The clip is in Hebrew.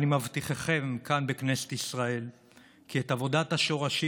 אני מבטיחכם כאן בכנסת ישראל כי יום אחד את עבודת השורשים